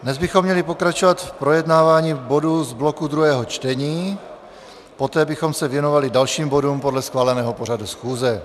Dnes bychom měli pokračovat v projednávání bodů z bloku druhého čtení, poté bychom se věnovali dalším bodům podle schváleného pořadu schůze.